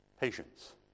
Patience